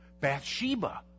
Bathsheba